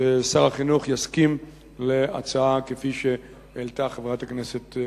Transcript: ששר החינוך יסכים להצעה כפי שהעלתה חברת הכנסת תמיר.